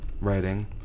writing